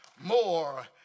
more